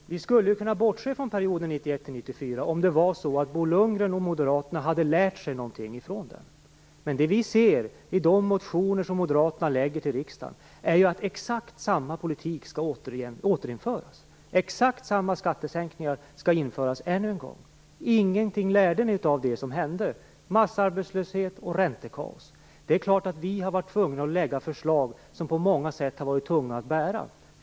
Herr talman! Vi skulle kunna bortse från perioden 1991-1994, om det vore så att Bo Lundgren och Moderaterna hade lärt sig någonting av den. Men vad vi ser i de motioner som Moderaterna väcker i riksdagen är ju att exakt samma politik skall återinföras. Exakt samma skattesänkningar skall införas än en gång. Ingenting lärde ni er av det som hände med massarbetslöshet och räntekaos. Det är klart att vi har varit tvungna att lägga fram förslag som på många sätt har varit tunga att bära.